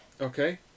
okay